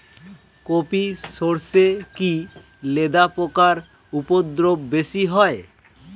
কোপ ই সরষে কি লেদা পোকার উপদ্রব বেশি হয়?